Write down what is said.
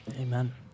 Amen